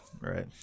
Right